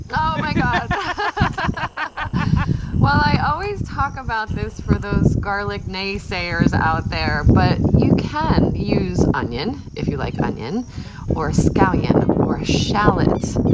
oh, my god well, i always talk about this for those garlic naysayers out there, but you can use onion if you like onion or a scallion or a shallot